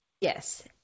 Yes